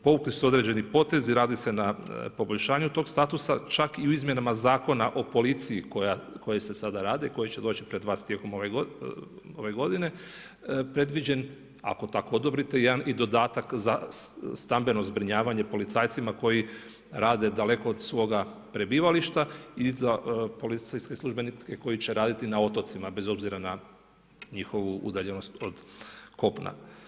Povukli su se određeni potezi, radi se na poboljšanju tog statusa, čak i u izmjenama Zakona o policiji koji se sada radi i koji će doći pred vas tijekom ove godine previđen, ako tako odobrite, jedan i dodatak za stambeno zbrinjavanje policajcima koji rade daleko od svoga prebivališta i za policijske službenike koji će raditi na otocima bez obzira na njihovu udaljenost od kopna.